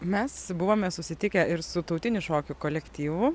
mes buvome susitikę ir su tautinių šokių kolektyvu